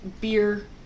beer